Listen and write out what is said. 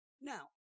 Now